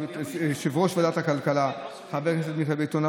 יושב-ראש ועדת הכלכלה חבר הכנסת מיכאל ביטון,